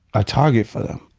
a target for them.